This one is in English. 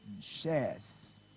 shares